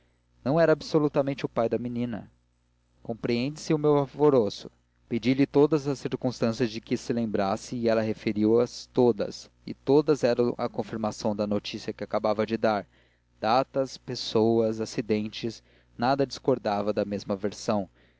não era absolutamente o pai da menina compreende-se o meu alvoroço pedi-lhe todas as circunstâncias de que se lembrasse e ela referiu as todas e todas eram a confirmação da notícia que acabava de dar datas pessoas acidentes nada discordava da mesma versão